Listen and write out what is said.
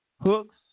hooks